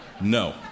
No